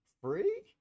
free